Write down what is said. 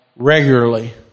Regularly